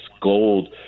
gold